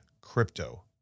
crypto